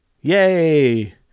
yay